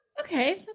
Okay